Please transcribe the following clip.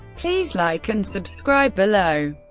please like and subscribe below.